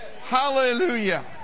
Hallelujah